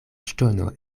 ŝtono